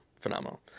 phenomenal